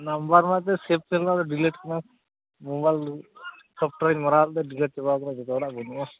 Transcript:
number ᱢᱟ ᱮᱱᱛᱮᱫ ᱥᱮ ᱵᱷ ᱛᱟᱦᱮᱸᱞᱮᱱᱟ ᱰᱤᱞᱤᱴ ᱮᱱᱟ ᱢᱳᱵᱟᱭᱤᱞ ᱥᱚᱯᱴᱚᱭᱮᱨᱤᱧ ᱢᱟᱨᱟᱣ ᱞᱮᱫᱟ ᱰᱤᱞᱤᱴ ᱪᱟᱵᱟ ᱟᱠᱟᱱᱟ ᱡᱚᱛᱚ ᱦᱚᱲᱟᱜ ᱵᱟᱹᱱᱩᱜᱼᱟ